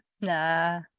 Nah